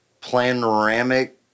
panoramic